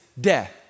death